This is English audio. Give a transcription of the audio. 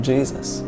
Jesus